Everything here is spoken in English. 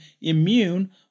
immune